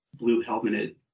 blue-helmeted